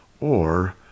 or